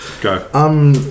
Go